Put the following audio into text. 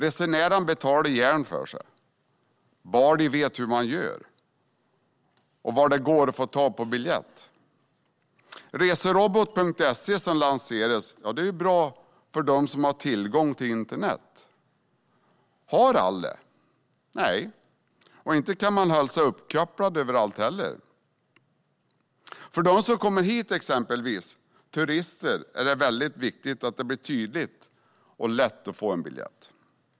Resenärerna betalar gärna för sig, bara de vet hur man gör och var det går att få tag på biljett. Resrobot.se, som har lanserats, är bra för dem som har tillgång till internet. Har alla det? Nej, och inte kan man hålla sig uppkopplad överallt heller. För exempelvis dem som kommer hit - turister - är det väldigt viktigt att det blir tydligt och lätt att få en biljett.